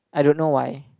I don't know why